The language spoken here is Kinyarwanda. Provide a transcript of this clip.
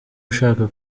ushaka